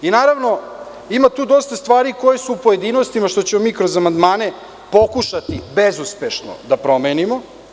Ima tu dosta stvari koje su u pojedinostima, što ćemo kroz amandmane pokušati bezuspešno da promenimo.